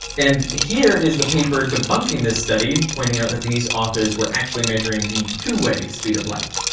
and here is the paper debunking this study, pointing out that these authors were actually measuring the two way speed of light.